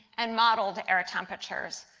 and modeled air temperatures.